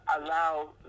allow